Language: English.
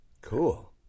Cool